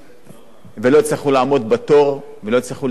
ולא יצטרכו לעמוד בתור ולא יצטרכו לצלם אותם.